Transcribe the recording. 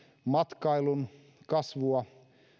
matkailun kasvua